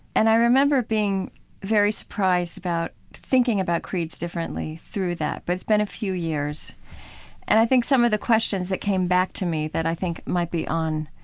and i remember being very surprised about thinking about creeds differently through that. but it's been a few years and i think some of the questions that came back to me that i think might on,